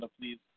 please